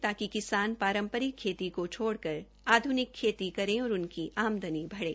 ताकि किसान पारंपरिक खेती को छोडकर आधुनिक खेती करें ताकि उनकी आमदनी बढ़े